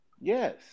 Yes